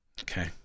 Okay